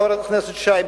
חבר הכנסת שי,